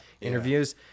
interviews